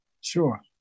Sure